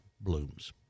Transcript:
blooms